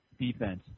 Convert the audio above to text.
defense